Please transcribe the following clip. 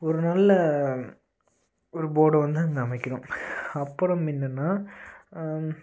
ஒரு நல்ல ஒரு போர்டு வந்து அந்த அமைக்கணும் அப்புறம் என்னென்னால்